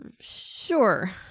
Sure